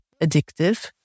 addictive